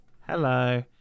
hello